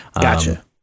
Gotcha